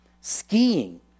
skiing